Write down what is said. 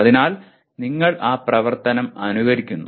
അതിനാൽ നിങ്ങൾ ആ പ്രവർത്തനം അനുകരിക്കുന്നു